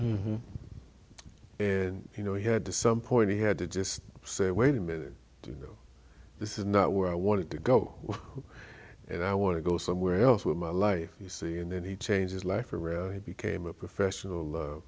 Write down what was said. system and you know he had to some point he had to just say wait a minute you know this is not where i wanted to go and i want to go somewhere else with my life you see and then he changed his life around he became a professional